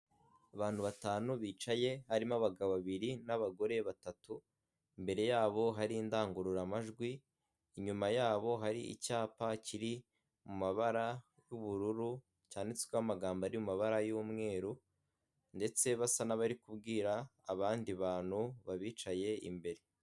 Abantu batanu bicaye, harimo abagabo babiri n'abagore batatu, mbere yabo hari indangururamajwi, inyuma yabo hari icyapa kiri mubara y'ubururu cyanditsweho amagambo ari mabara y'umweru ndetse basa n'abari kubwira abandi bantu babicaye imbere.